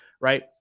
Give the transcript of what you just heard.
right